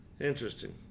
Interesting